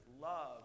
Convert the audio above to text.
love